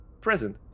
present